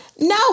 No